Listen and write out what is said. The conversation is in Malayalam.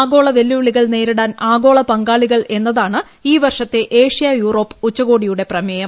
ആഗോള വെല്ലുവിളികൾ നേരിടാൻ ആഗോള പങ്കാളികൾ എന്നതാണ് ഈ വർഷത്തെ ഏഷ്യ യൂറോപ്പ് ഉച്ചകോടിയുട്ടി പ്രമേയം